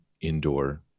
indoor